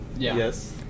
Yes